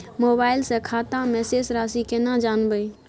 Mobile से खाता में शेस राशि केना जानबे?